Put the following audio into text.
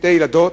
שתי ילדות